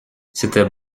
c’était